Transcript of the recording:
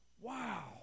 Wow